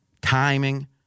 timing